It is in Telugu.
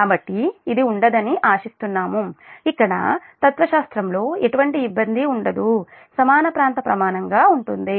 కాబట్టి ఇది ఉండదని ఆశిస్తున్నాము ఇక్కడ తత్వశాస్త్రంలో ఎటువంటి ఇబ్బంది ఉండదు సమాన ప్రాంత ప్రమాణంగా ఉంటుంది